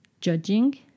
judging